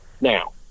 Now